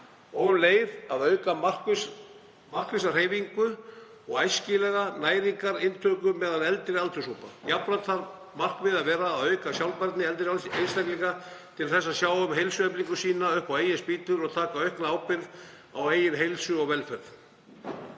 og um leið að auka markvissa hreyfingu og æskilega næringarinntöku meðal eldri aldurshópa. Jafnframt þarf markmiðið að vera að auka sjálfbærni eldri einstaklinga til þess að sjá um heilsueflingu sína upp á eigin spýtur og taka aukna ábyrgð á eigin heilsu og velferð.